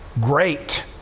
great